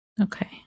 Okay